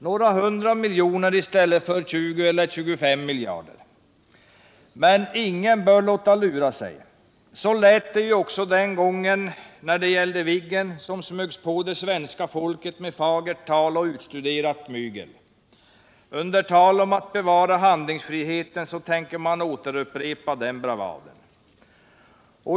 Några hundra miljoner i stället för 20 eller 25 miljarder. Men ingen bör låta lura sig. Så lät det ju också den gången det gällde Viggen, som smögs på det svenska folket med fagert tal och utstuderat mygel. Med tal om att bevara handlingsfriheten tänker man upprepa den bravaden.